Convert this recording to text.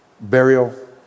Burial